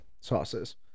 sauces